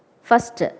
First